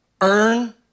earn